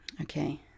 Okay